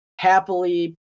happily